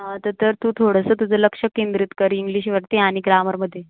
हां तर तू थोडंसं तुझं लक्ष केंद्रित कर इंग्लिशवरती आणि ग्रामरमध्ये